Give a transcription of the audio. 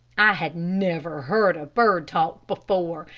i had never heard a bird talk before,